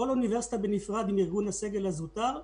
השני, כל אוניברסיטה בנפרד עם ארגון הסגל הזוטר.